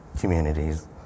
communities